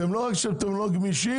רק שאתם לא גמישים,